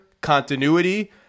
continuity